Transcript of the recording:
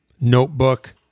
notebook